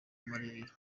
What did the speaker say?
marerero